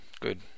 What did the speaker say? good